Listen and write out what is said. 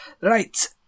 Right